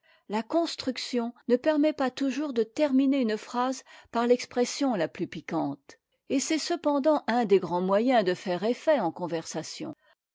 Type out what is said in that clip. la construction ne permet pas toujours de terminer une phrase par l'expression la plus piquante et c'est cependant un des grands moyens de faire effet en conversation